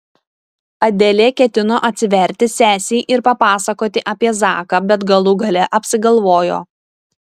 adelė ketino atsiverti sesei ir papasakoti apie zaką bet galų gale apsigalvojo